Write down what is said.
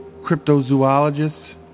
cryptozoologists